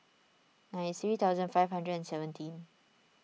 nine three thousand five hundred and seventeen